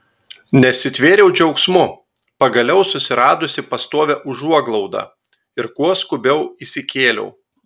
nesitvėriau džiaugsmu pagaliau susiradusi pastovią užuoglaudą ir kuo skubiau įsikėliau